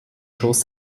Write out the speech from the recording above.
schoß